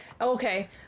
Okay